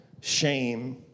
shame